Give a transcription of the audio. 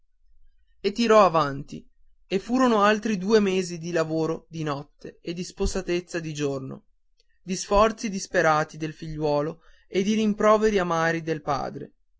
e tirò avanti e furono altri due mesi di lavoro di notte e di spossatezza di giorno di sforzi disperati del figliuolo e di rimproveri amari del padre